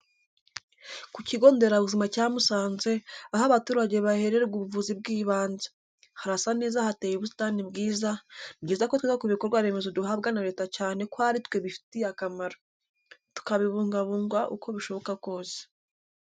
Ku kigo ndera buzima cya Musanze, aho abaturage bahererwa ubuvuzi bw'ibanze. Harasa neza hateye ubusitani bwiza, ni byiza ko twita ku bikorwa remezo duhabwa na Leta cyane ko ari twe bifitiye akamaro, tukabibungabunga uko bishoboka kose.